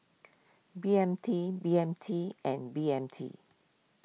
B M T B M T and B M T